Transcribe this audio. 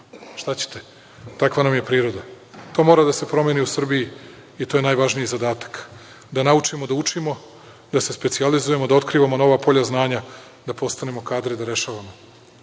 Šta ćete? Takva nam je priroda. To mora da se promeni u Srbiji, i to je najvažniji zadatak, da naučimo da učimo, da se specijalizujemo, da otkrivamo nova polja znanja, da postanemo kadri da rešavamo.